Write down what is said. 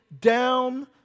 down